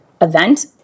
event